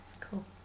Cool